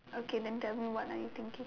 okay then tell me what are you thinking